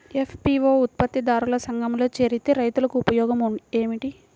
FPO ఉత్పత్తి దారుల సంఘములో చేరితే రైతులకు ఉపయోగము ఏమిటి?